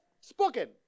spoken